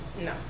No